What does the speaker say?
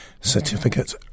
Certificate